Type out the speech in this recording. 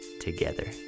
together